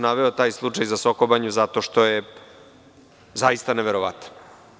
Naveo sam taj slučaj za Sokobanju, zato što je zaista neverovatan.